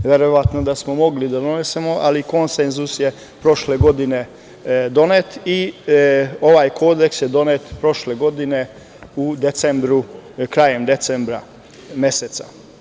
Verovatno da smo mogli da donesemo, ali konsenzus je prošle godine donet i ovaj kodeks je donet prošle godine krajem decembra meseca.